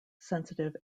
sensitive